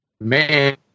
man